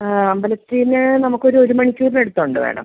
അമ്പലത്തിൽ നിന്ന് നമുക്കൊരു ഒരു മണിക്കൂറിനടുത്തുണ്ട് മാഡം